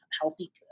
healthy